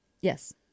yes